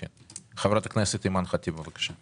חברת הכנסת אימאן ח'טיב, בבקשה.